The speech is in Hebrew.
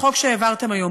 לחוק שהעברתם היום.